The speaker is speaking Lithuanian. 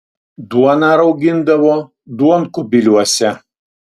duoną raugindavo duonkubiliuose